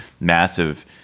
massive